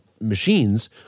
machines